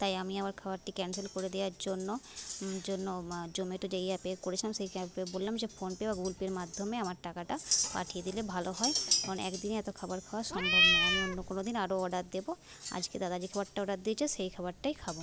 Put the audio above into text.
তাই আমি আমার খাবারটি ক্যানসেল করে দেওয়ার জন্য জন্য জোম্যাটো যেই অ্যাপে করেছিলাম সেই অ্যাপে বললাম যে ফোনপে বা গুগুল পের মাধ্যমে আমার টাকাটা পাঠিয়ে দিলে ভালো হয় কারণ এক দিনে এত খাবার খাওয়া সম্ভব নয় আমি অন্য কোনো দিন আরও অর্ডার দেব আজকে দাদা যে খাবারটা অর্ডার দিয়েছে সেই খাবারটাই খাব